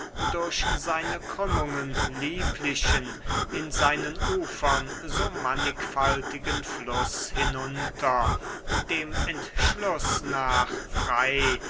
durch seine krümmungen lieblichen in seinen ufern so mannigfaltigen fluß hinunter dem entschluß nach frei